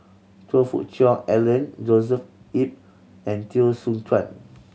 Choe Fook Cheong Alan Joshua Ip and Teo Soon Chuan